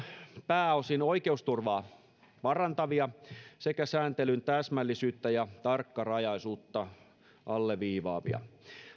pääosin oikeusturvaa parantavia sekä sääntelyn täsmällisyyttä ja tarkkarajaisuutta alleviivaavia